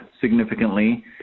significantly